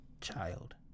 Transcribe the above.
child